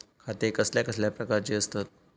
खाते कसल्या कसल्या प्रकारची असतत?